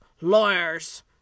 lawyers